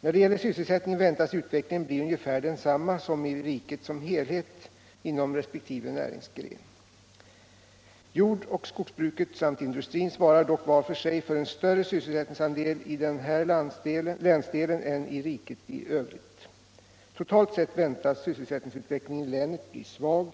När det gäller sysselsättningen väntas utvecklingen bli ungefär densamma som i riket som helhet inom resp. näringsgren. Jordoch skogsbruket samt industrin svarar dock var för sig för en större sysselsättningsandel i den här länsdelen än i riket i övrigt. Totalt sett väntas sysselsättningsutvecklingen i länet bli svag.